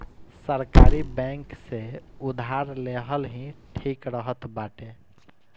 सरकारी बैंक से उधार लेहल ही ठीक रहत बाटे